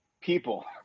people